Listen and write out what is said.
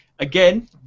Again